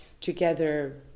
together